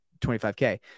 25K